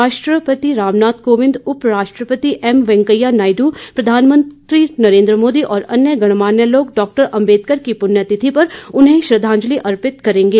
राष्ट्रपति रामनाथ कोविंद उपराष्ट्रपति एम वैंकेया नायडू प्रधानमंत्री नरेंद्र मोदी और अन्य गणमान्य लोग डॉक्टर अंबेडकर की पुण्य तिथि पर उन्हें श्रद्वांजलि अर्पित करेंगे